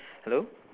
hello